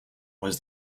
was